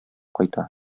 кайта